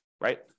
Right